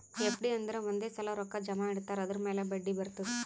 FD ಅಂದುರ್ ಒಂದೇ ಸಲಾ ರೊಕ್ಕಾ ಜಮಾ ಇಡ್ತಾರ್ ಅದುರ್ ಮ್ಯಾಲ ಬಡ್ಡಿ ಬರ್ತುದ್